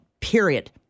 period